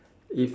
it's